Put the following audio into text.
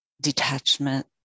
detachment